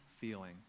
feeling